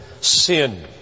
sin